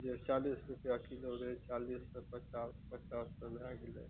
जे चालीस रुपैआ किलो रहै चालीस सँ पचास पचास सँ भए गेलै